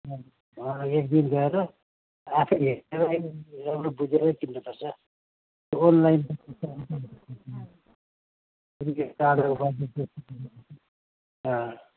एकदिन गएर आफै हेरेर राम्रो बुझेर किन्नुपर्छ अनलाइन अँ